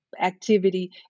activity